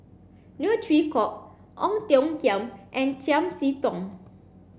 Neo Chwee Kok Ong Tiong Khiam and Chiam See Tong